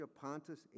Pontus